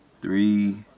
three